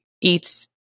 eats